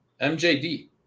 MJD